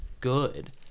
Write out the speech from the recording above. good